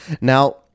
Now